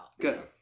Good